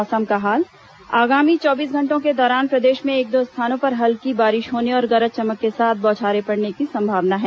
मौसम आगामी चौबीस घंटों के दौरान प्रदेश में एक दो स्थानों पर हल्की बारिश होने और गरज चमक के साथ बौछारें पड़ने की संभावना है